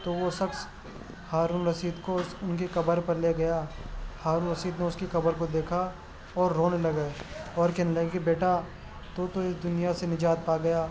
تو وہ شخص ہارون رشید کو ان کی قبر پر لے گیا ہارون رشید نے اس کی قبر کو دیکھا اور رونے لگے اور کہنے لگے کہ بیٹا تو تو اس دنیا سے نجات پا گیا